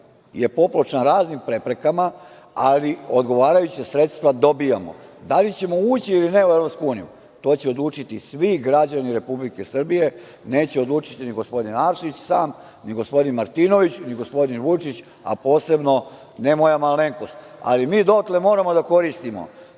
je popločan raznim preprekama, ali odgovarajuća sredstva dobijamo. Da li ćemo ući uli ne u Evropsku uniju to će odlučiti svi građani Republike Srbije, neće odlučiti ni gospodin Arsić sam, ni gospodin Martinović, ni gospodin Vučić, a posebno ne moja malenkost, ali mi dotle moramo da koristimo